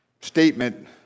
statement